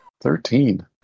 Thirteen